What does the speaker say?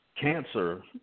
cancer